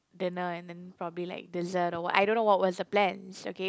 dinner and then probably like dessert or what I don't know what was the plans okay